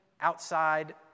Outside